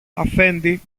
αφέντη